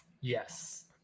Yes